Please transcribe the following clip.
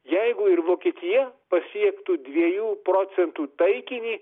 jeigu ir vokietija pasiektų dviejų procentų taikinį